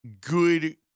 good